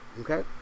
Okay